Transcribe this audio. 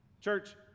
church